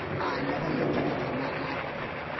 i never looked at it in that light before.